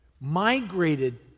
migrated